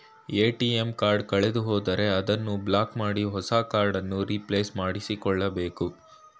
ATM card ಕಳೆದುಹೋದರೆ ಅದನ್ನು block ಮಾಡಿ ಹೊಸ ಕಾರ್ಡ್ ಅನ್ನು ರಿಪ್ಲೇಸ್ ಮಾಡಿಸಿಕೊಳ್ಳಬೇಕು